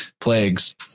plagues